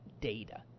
data